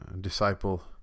disciple